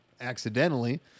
accidentally